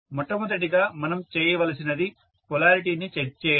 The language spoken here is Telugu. మొట్టమొదటిగా మనం చేయవలసినది పొలారిటీ ని చెక్ చేయడం